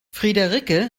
friederike